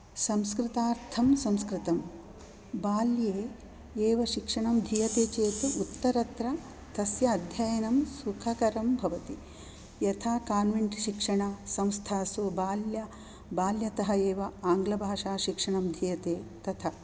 संस्कृतार्थं संस्कृतं बाल्ये एव शिक्षणं दीयते चेत् उत्तरत्र तस्य अध्ययनं सुखकरं भवति यथा कान्वेण्टशिक्षणसंस्थासु बाल्य बाल्यतः एव आङ्ग्लभाषाशिक्षणं दीयते तथा